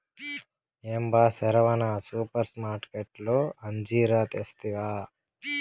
ఏం బా సెరవన సూపర్మార్కట్లో అంజీరా తెస్తివా